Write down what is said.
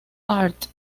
hart